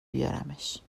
بیارمش